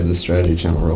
and strategy channel real